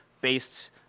based